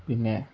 പിന്നെ